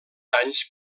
anys